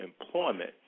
employment